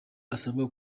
asabwa